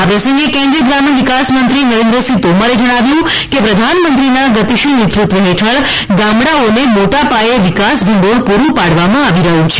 આ પ્રસંગે કેન્દ્રીય ગ્રામીણ વિકાસમંત્રી નરેન્દ્ર સિંહ તોમરે જણાવ્યું કે પ્રધાનમંત્રીનાં ગતિશીલ તૃત્વ હેઠળ ગામડાઓને મોટા પાયે વિકાસ ભંડોળ પૂરું પાડવામાં આવી રહ્યું છે